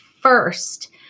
First